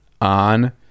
on